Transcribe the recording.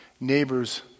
neighbors